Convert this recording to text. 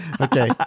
Okay